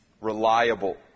reliable